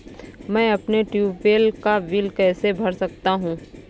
मैं अपने ट्यूबवेल का बिल कैसे भर सकता हूँ?